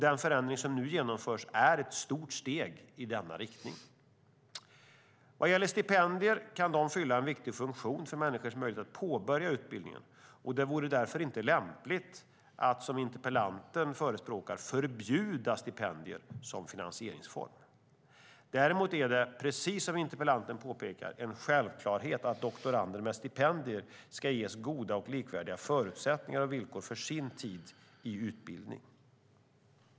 Den förändring som nu genomförs är ett stort steg i denna riktning. Vad gäller stipendier kan de fylla en viktig funktion för människors möjlighet att påbörja utbildningen, och det vore därför inte lämpligt att som interpellanten förespråkar förbjuda stipendier som finansieringsform. Däremot är det, precis som interpellanten påpekar, en självklarhet att doktorander med stipendier ska ges goda och likvärdiga förutsättningar och villkor för sin tid i utbildning.